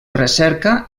recerca